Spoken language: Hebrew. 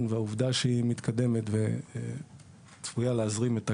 והעובדה שהיא מתקדמת וצפויה להזרים את הגז,